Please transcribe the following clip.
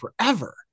forever